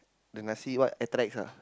the Nasi what ah